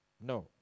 No